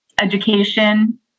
education